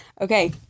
Okay